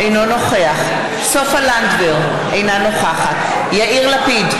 אינו נוכח סופה לנדבר, אינה נוכחת יאיר לפיד,